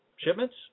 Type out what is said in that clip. shipments